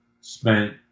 spent